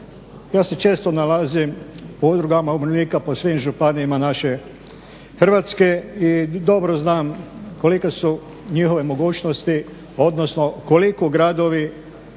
ja se često nalazim u udrugama umirovljenika po svim županijama naše Hrvatske i dobro znam kolike su njihove mogućnosti, odnosno koliko gradovi